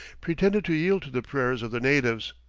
pretended to yield to the prayers of the natives.